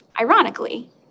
Ironically